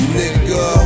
nigga